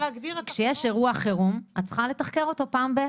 כשיש אירוע חירום את צריכה לתחקר אותו פעם ב-,